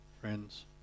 Friends